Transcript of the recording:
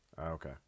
Okay